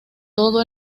todo